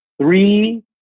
three